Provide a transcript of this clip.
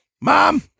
mom